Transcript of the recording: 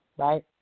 right